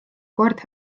kord